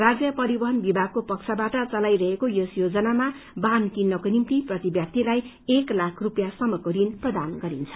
राज्य परिवहन विभागको पक्षवाट चलाईरहेको यस योजनामा वाहन किन्नको निम्ति प्रति व्याक्तिलाई एक लाख स्वपियाँ सम्मको ऋण प्रदान गरिन्छ